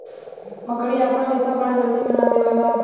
मकड़ी आपन रेशा बड़ा जल्दी बना देवला